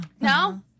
No